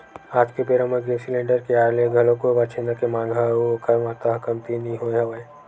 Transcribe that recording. आज के बेरा म गेंस सिलेंडर के आय ले घलोक गोबर छेना के मांग ह अउ ओखर महत्ता ह कमती नइ होय हवय